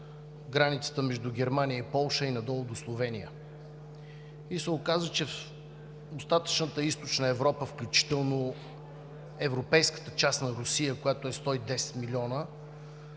границата между Германия и Полша, и надолу до Словения. Оказа се, че в остатъчната Източна Европа, включително европейската част на Русия, която е 110 милиона,